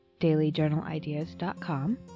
dailyjournalideas.com